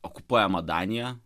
okupuojama danija